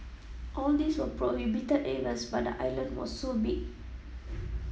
all these were prohibited areas but the island was so big